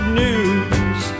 news